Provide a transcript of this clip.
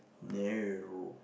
no